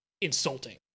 insulting